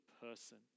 person